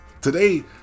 Today